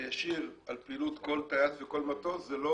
הישיר על פעילות כל טייס וכל מטוס זה לא